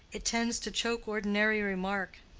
it tends to choke ordinary remark.